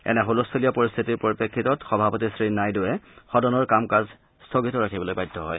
এনে হুলস্থূলীয়া পৰিস্থিতিৰ পৰিপ্ৰেক্ষিতত সভাপতি শ্ৰীনাইডুৱে সদনৰ কাম কাজ স্থগিত ৰাখিবলৈ বাধ্য হয